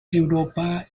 europa